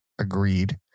agreed